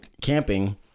camping